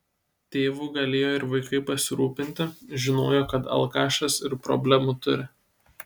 tėvu galėjo ir vaikai pasirūpinti žinojo kad alkašas ir problemų turi